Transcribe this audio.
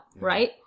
right